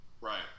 right